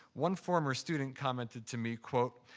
one former student commented to me, quote,